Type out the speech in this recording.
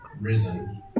risen